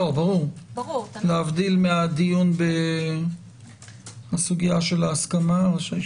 ברור, להבדיל מהדיון בסוגיה של ההסכמה.